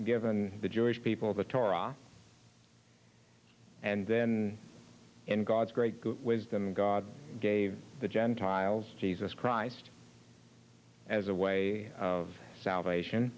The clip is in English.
given the jewish people the torah and then in god's great wisdom god gave the gentiles jesus christ as a way of salvation